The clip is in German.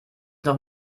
noch